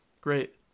Great